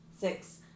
Six